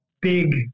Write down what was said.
big